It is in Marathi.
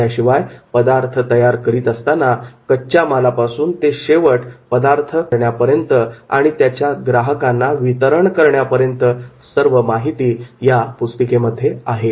याशिवाय पदार्थ तयार करत असताना कच्च्या मालापासून ते शेवट खाण्यायोग्य पदार्थ तयार करण्यापर्यंत आणि त्याच्या ग्राहकांना वितरण करण्यापर्यंत सर्व माहिती या पुस्तिकेमध्ये आहे